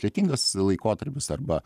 lietingas laikotarpis arba